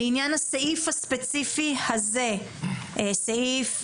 לעניין הסעיף הספציפי הזה, סעיף